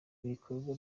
ibikorwa